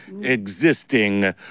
existing